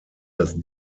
das